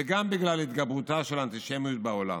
וגם בגלל התגברותה של אנטישמיות בעולם.